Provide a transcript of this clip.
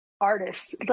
artists